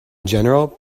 general